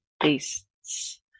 beasts